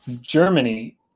Germany